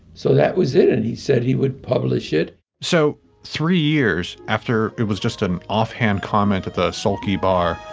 so that was it. and he said he would publish it so three years after, it was just an offhand comment at the sulky bar,